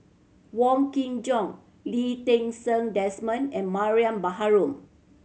Wong Kin Jong Lee Ti Seng Desmond and Mariam Baharom